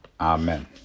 Amen